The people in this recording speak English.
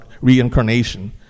reincarnation